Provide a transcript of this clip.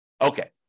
Okay